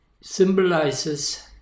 symbolizes